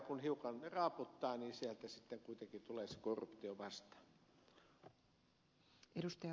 kun hiukan raaputtaa niin sieltä sitten kuitenkin tulee se korruptio vastaan